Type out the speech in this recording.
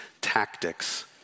tactics